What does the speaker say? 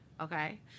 Okay